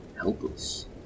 helpless